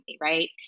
right